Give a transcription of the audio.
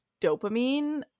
dopamine